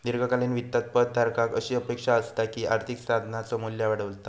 दीर्घकालीन वित्तात पद धारकाक अशी अपेक्षा असता की आर्थिक साधनाचा मू्ल्य वाढतला